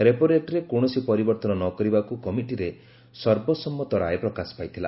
repo rate ରେ କୌଣସି ପରିବର୍ତ୍ତନ ନ କରିବାକୁ କମିଟିରେ ସର୍ବସନ୍ମତ ରାୟ ପ୍ରକାଶ ପାଇଥିଲା